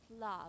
love